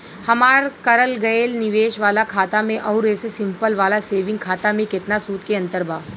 हमार करल गएल निवेश वाला खाता मे आउर ऐसे सिंपल वाला सेविंग खाता मे केतना सूद के अंतर बा?